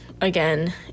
again